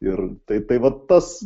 ir tai tai vat tas